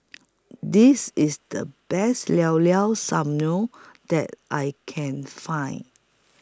This IS The Best Llao Llao Sanum that I Can Find